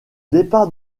départ